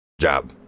job